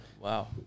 Wow